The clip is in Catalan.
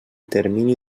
termini